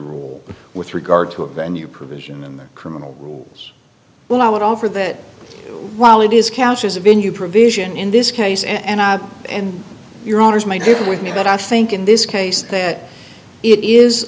rule with regard to a venue provision in the criminal rules well i would offer that while it is cash is a venue provision in this case and i and your authors may differ with me but i think in this case that it is